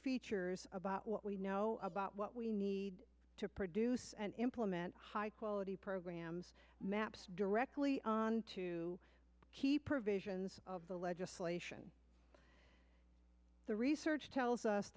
features about what we know about what we need to produce and implement high quality programs maps directly onto key provisions of the legislation the research tells us